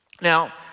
Now